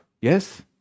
Yes